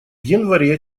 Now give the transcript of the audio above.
январе